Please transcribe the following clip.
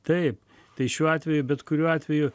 taip tai šiuo atveju bet kuriuo atveju